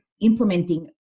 implementing